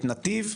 את נתיב?